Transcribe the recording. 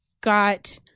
got